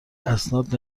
اسناد